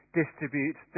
distribute